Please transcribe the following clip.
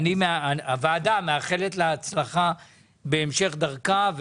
הוועדה מאחלת לה הצלחה בהמשך דרכה.